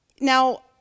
now